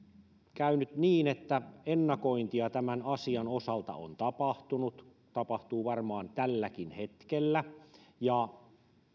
käynyt niin että ennakointia tämän asian osalta on tapahtunut tapahtuu varmaan tälläkin hetkellä